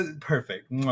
perfect